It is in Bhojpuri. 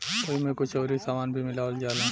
ओइमे कुछ अउरी सामान भी मिलावल जाला